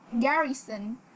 garrison